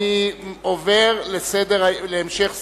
אני עובר להמשך סדר-היום,